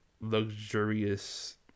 luxurious